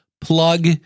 plug